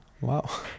Wow